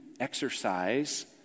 exercise